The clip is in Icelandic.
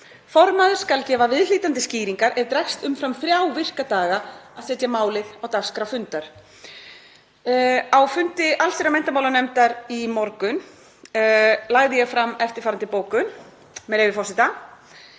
Formaður skal gefa viðhlítandi skýringar ef dregst umfram þrjá virka daga að setja málið á dagskrá fundar.“ Á fundi allsherjar- og menntamálanefndar í morgun lagði ég fram eftirfarandi bókun, með leyfi forseta: